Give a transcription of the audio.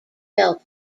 felt